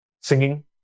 singing